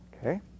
Okay